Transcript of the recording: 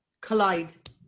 collide